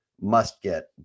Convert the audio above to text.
must-get